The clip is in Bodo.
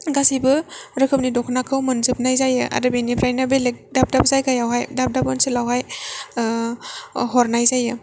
गासैबो रोखोमनि दख'नाखौ मोनजोबनाय जायो आरो बेनिफ्रायनो बेलेग दाब दाब जायगायावहाय दाब दाब ओनसोलावहाय हरनाय जायो